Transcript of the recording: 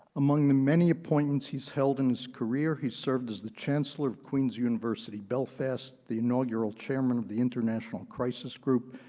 among the many appointments he's held in his career, he served as the chancellor of queens university belfast, the inaugural chairman of the international crisis group,